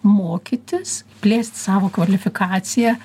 mokytis plėst savo kvalifikaciją